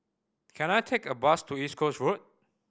can I take a bus to East Coast Road